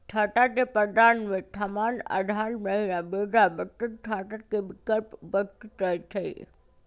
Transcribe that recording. खता के प्रकार में सामान्य, आधार, महिला, वृद्धा बचत खता के विकल्प उपस्थित रहै छइ